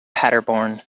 paderborn